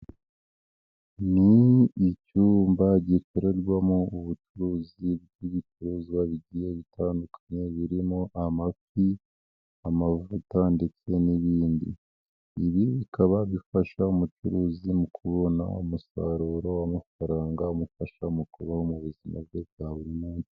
Ni icyumba gikorerwamo ubucuruzi bw'ibicuruzwa bigiye bitandukanye birimo amafi, amavuta ndetse n'ibindi, ibi bikaba bifasha umucuruzi mu kubona umusaruro w'amafaranga umufasha mu kubaho mu buzima bwe bwa buri munsi.